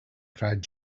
cried